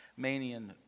Manian